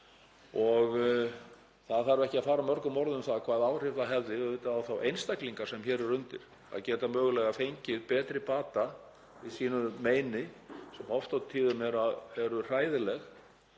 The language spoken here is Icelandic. Það þarf ekki að fara mörgum orðum um það hvaða áhrif það hefði á þá einstaklinga sem hér eru undir að geta mögulega fengið betri bata við sínum meinum sem oft og tíðum eru eru hræðileg